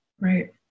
Right